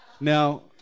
Now